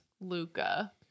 Luca